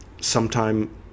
Sometime